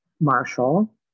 Marshall